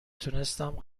تونستم